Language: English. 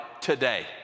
today